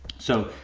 so,